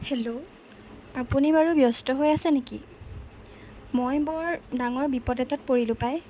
hello আপুনি বাৰু ব্যস্ত হৈ আছে নেকি মই বৰ ডাঙৰ বিপদ এটাত পৰিলোঁ পাই